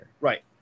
Right